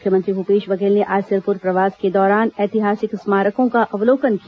मुख्यमंत्री भूपेश बघेल ने आज सिरपुर प्रवास के दौरान ऐतिहासिक स्मारकों का अवलोकन किया